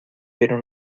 pero